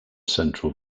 central